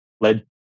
led